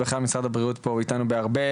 ולכן משרד הבריאות פה איתנו בהרבה